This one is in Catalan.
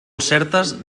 certes